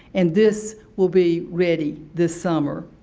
and this will be ready this summer.